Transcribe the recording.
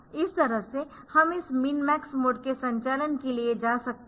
इस तरह से हम इस मिन मैक्स मोड के संचालन के लिए जा सकते है